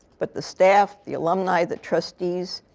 but the staff, the alumni, the trustees.